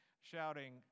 shouting